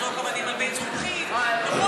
אל תזרוק אבנים על בית זכוכית וכו' וכו'